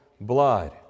blood